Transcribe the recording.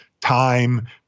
time